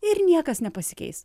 ir niekas nepasikeis